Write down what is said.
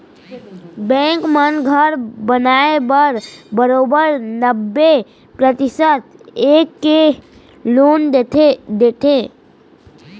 bank मन घर बनाए बर बरोबर नब्बे परतिसत तक के लोन देथे